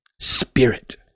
spirit